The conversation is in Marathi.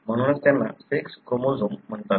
म्हणूनच त्यांना सेक्स क्रोमोझोम म्हणतात